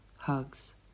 hugs